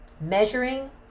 measuring